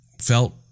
felt